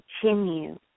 continue